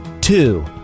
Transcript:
Two